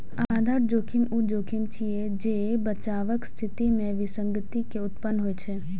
आधार जोखिम ऊ जोखिम छियै, जे बचावक स्थिति मे विसंगति के उत्पन्न होइ छै